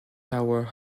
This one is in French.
tower